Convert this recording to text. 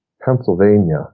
Pennsylvania